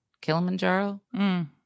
Kilimanjaro